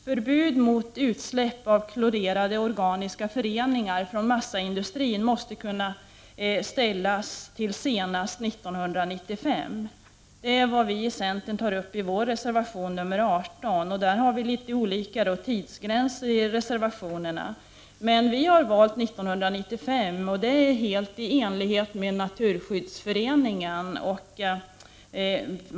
Förbud mot utsläpp av klorerade organiska föreningar från massaindustrin måste kunna sättas in senast fr.o.m. 1995. Detta tar vi i centern upp i vår reservation 18. Tidsgränserna på detta område är litet olika i de olika reservationerna. Vi har valt 1995, vilket är helt i enlighet med Naturskyddsföreningens förslag.